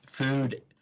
Food